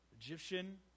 Egyptian